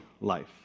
life